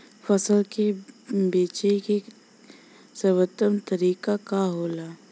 फसल के बेचे के सर्वोत्तम तरीका का होला?